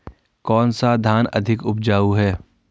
कौन सा धान अधिक उपजाऊ है?